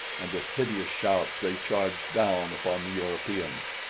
and with hideous shouts they charged down upon the europeans.